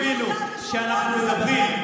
מה זה קשור פוליטיקה?